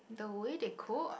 the way they cook